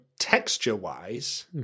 texture-wise